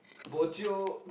bo jio